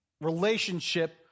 relationship